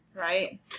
right